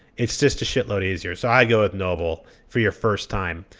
it's just a shit load easier, so i go with noble for your first time.